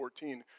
2014